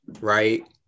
right